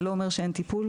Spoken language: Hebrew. זה לא אומר שאין טיפול.